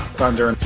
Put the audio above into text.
Thunder